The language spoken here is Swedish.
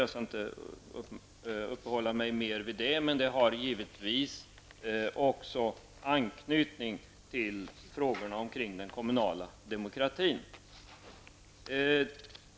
Jag skall inte uppehålla mig mer vid detta, men det har givetvis också anknytning till frågorna om den kommunala demokratin.